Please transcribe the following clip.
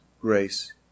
grace